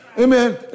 Amen